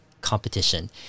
competition